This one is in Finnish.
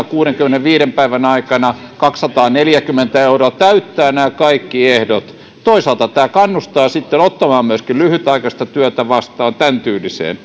kuudenkymmenenviiden päivän aikana kaksisataaneljäkymmentä euroa täyttää nämä kaikki ehdot toisaalta tämä kannustaa ottamaan myöskin lyhytaikaista työtä vastaan tämän tyylisiä